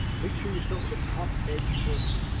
make sure you start with the top edge first.